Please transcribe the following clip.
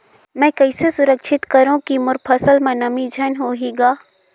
मैं कइसे सुरक्षित करो की मोर फसल म नमी झन होही ग?